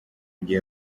gihe